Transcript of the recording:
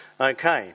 Okay